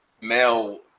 male